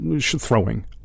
throwing